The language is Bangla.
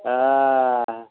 হ্যাঁ